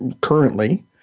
currently